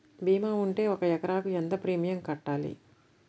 భీమా ఉంటే ఒక ఎకరాకు ఎంత ప్రీమియం కట్టాలి?